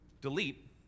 delete